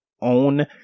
own